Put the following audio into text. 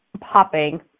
popping